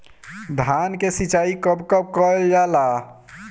धान के सिचाई कब कब कएल जाला?